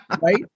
right